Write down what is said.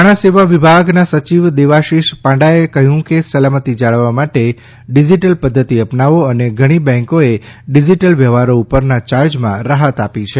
નાણાં સેવા વિભાગના સચિવ દેવાશીષ પાંડાએ કહ્યું છે કે સલામતી જાળવવા માટે ડિઝિટલ પદ્વતિ અપનાવો અને ઘણી બેંકોએ ડિઝિટલ વ્યવહારો ઉપરના ચાર્જમાં રાહત આપી છે